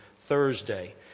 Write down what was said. Thursday